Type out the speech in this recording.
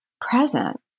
present